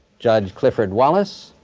judge clifford wallace,